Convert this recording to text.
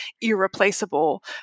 irreplaceable